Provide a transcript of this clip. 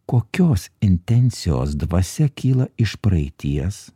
kokios intencijos dvasia kyla iš praeities